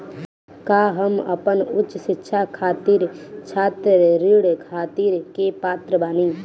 का हम अपन उच्च शिक्षा खातिर छात्र ऋण खातिर के पात्र बानी?